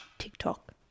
tiktok